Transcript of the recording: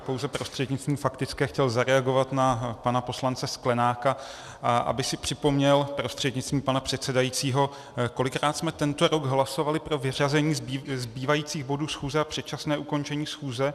Pouze bych prostřednictvím faktické chtěl zareagovat na pana poslance Sklenáka, aby si připomněl prostřednictvím pana předsedajícího, kolikrát jsme tento rok hlasovali pro vyřazení zbývajících bodů schůze a předčasné ukončení schůze.